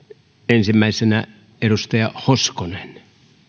ensimmäisenä edustaja hoskonen